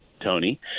Tony